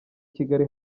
kigali